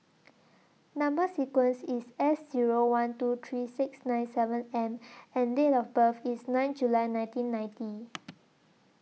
Number sequence IS S Zero one two three six nine seven M and Date of birth IS nine July nineteen ninety